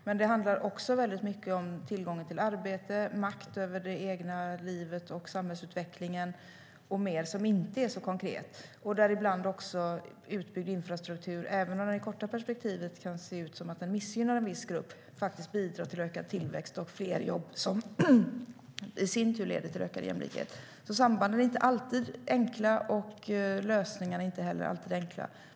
men det handlar också mycket om tillgång till arbete, makt över det egna livet och samhällsutvecklingen och fler saker som inte är lika konkreta.I det korta perspektivet kan utbyggd infrastruktur ibland se ut att missgynna en viss grupp men bidrar faktiskt till att öka tillväxt och ge fler jobb, vilket i sin tur leder till ökad jämlikhet. Sambanden är alltså inte alltid enkla, och lösningarna är inte heller alltid enkla.